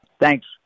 Thanks